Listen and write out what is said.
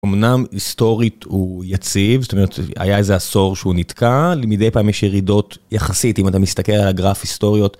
אמנם היסטורית הוא... יציב, זאת אומרת, היה איזה עשור שהוא נתקע, למדי פעם יש ירידות, יחסית, אם אתה מסתכל על הגרף, היסטוריות